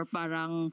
parang